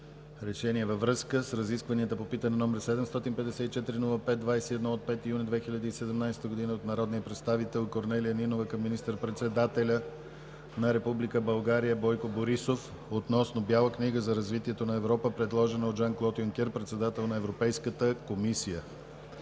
РЕШЕНИЕ във връзка с разискванията по питане № 754-05-21 от 5 юни 2017 г. от народния представител Корнелия Нинова към министър председателя на Република България Бойко Борисов относно Бяла книга за развитието на Европа, предложена от Жан Клод Юнкер – председател на Европейската комисия